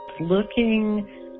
Looking